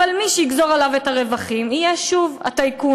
אבל מי שיגזור את הרווחים עליו יהיה שוב הטייקון.